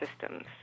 systems